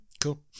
Cool